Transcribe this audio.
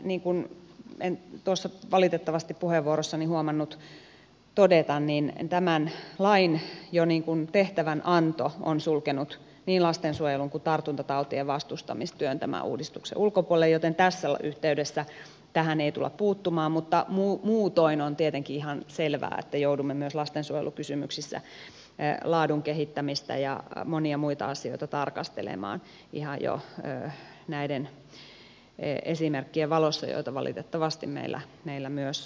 niin kuin en tuossa puheenvuorossani valitettavasti huomannut todeta niin jo tämän lain tehtävänanto on sulkenut niin lastensuojelun kuin tartuntatautien vastustamistyön tämän uudistuksen ulkopuolelle joten tässä yhteydessä tähän ei tulla puuttumaan mutta muutoin on tietenkin ihan selvää että joudumme myös lastensuojelukysymyksissä laadun kehittämistä ja monia muita asioita tarkastelemaan ihan jo näiden esimerkkien valossa joita valitettavasti meillä myös on